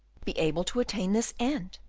be able to attain this end,